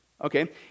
Okay